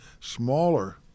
smaller